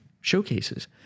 showcases